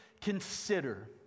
consider